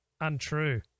untrue